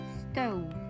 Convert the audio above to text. stove